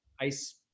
ice